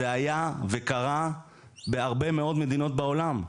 זה היה וקרה בהרבה מאוד מדינות בעולם.